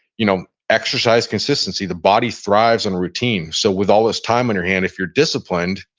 you know exercise consistency, the body thrives on routine. so with all this time on your hand, if you're disciplined,